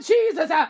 Jesus